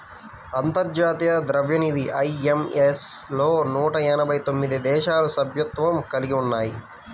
అంతర్జాతీయ ద్రవ్యనిధి ఐ.ఎం.ఎఫ్ లో నూట ఎనభై తొమ్మిది దేశాలు సభ్యత్వం కలిగి ఉన్నాయి